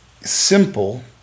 simple